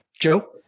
Joe